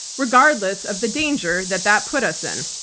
regardless of the danger that that put us in.